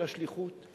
של השליחות,